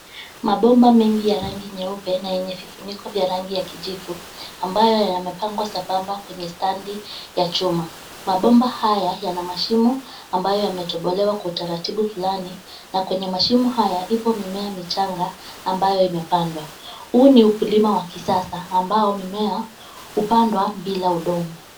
Mabomba mengi ya rangi nyeupe na yenye vifuniko vya rangi ya kijifu ambayo yamepangwa sabamba kwenye standi ya chuma. Mabomba haya yana mashimo ambayo yametobolewa kwa utaratibu fulani na kwenye mashimo haya ipo mimea michanga ambayo imepandwa. Huu ni ukulima wa kisasa ambao mimea hupandwa bila udongo.